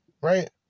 Right